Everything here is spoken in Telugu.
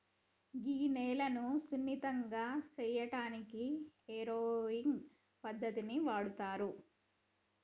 గీ నేలను సున్నితంగా సేయటానికి ఏరోయింగ్ పద్దతిని వాడుతారు